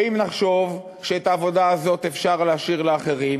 ואם נחשוב שאת העבודה הזאת אפשר להשאיר לאחרים,